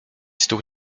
stół